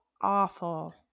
awful